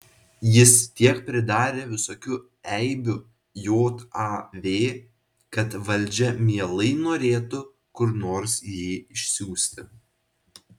jis tiek pridarė visokių eibių jav kad valdžia mielai norėtų kur nors jį išsiųsti